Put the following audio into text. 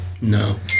no